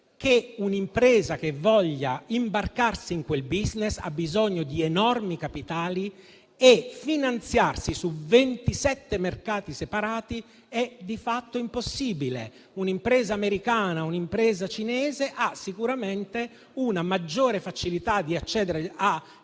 un'impresa che voglia imbarcarsi in quel *business* ha bisogno di enormi capitali e finanziarsi su 27 mercati separati è di fatto impossibile. Un'impresa americana o un'impresa cinese hanno sicuramente una maggiore facilità di accedere ai